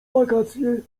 wakacje